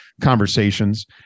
conversations